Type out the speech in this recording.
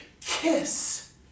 kiss